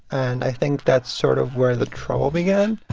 and i think that's sort of where the trouble began